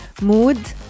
mood